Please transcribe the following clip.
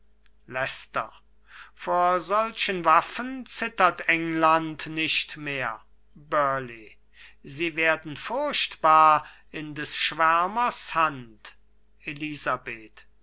vor solchen waffen zittert england nicht mehr burleigh sie werden furchtbar in des schwärmers hand elisabeth